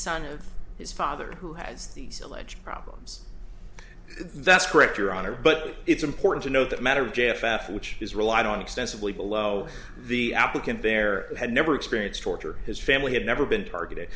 son of his father who has these alleged problems that's correct your honor but it's important to know that matter jeff which is relied on extensively below the applicant there had never experienced torture his family had never been targeted